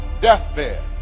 deathbed